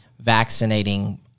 vaccinating